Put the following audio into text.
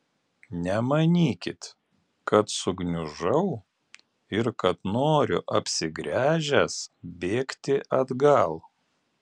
nemanykit kad sugniužau ir kad noriu apsigręžęs bėgti atgal